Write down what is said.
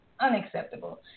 unacceptable